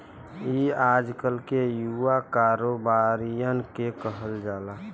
ई आजकल के युवा कारोबारिअन के कहल जाला